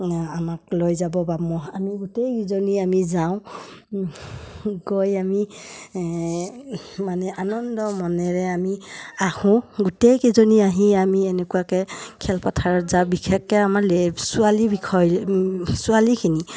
আমাক লৈ যাব বা ম আমি গোটেইকেইজনী আমি যাওঁ গৈ আমি মানে আনন্দ মনেৰে আমি আহোঁ গোটেইকেইজনী আহি আমি এনেকুৱাকৈ খেলপথাৰত যাওঁ বিশেষকৈ আমাৰ লে ছোৱালী বিষয় ছোৱালীখিনি